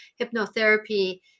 hypnotherapy